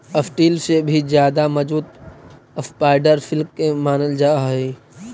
steel से भी ज्यादा मजबूत स्पाइडर सिल्क के मानल जा हई